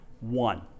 One